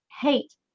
hate